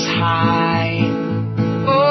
high